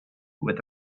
with